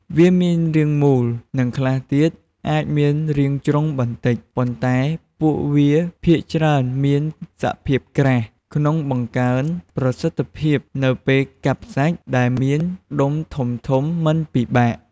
វាមានរាងមូល និងខ្លះទៀតអាចមានរាងជ្រុងបន្តិច ប៉ុន្តែពួកវាភាគច្រើនមានសភាពក្រាស់ ក្នុងបង្កើនប្រសិទ្ធភាពនៅពេលកាប់សាច់ដែលមានដុំធំៗមិនពិបាក។